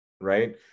right